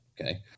Okay